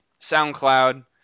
SoundCloud